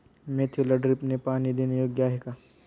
मेथीला ड्रिपने पाणी देणे योग्य आहे का?